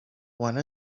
one